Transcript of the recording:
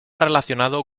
relacionado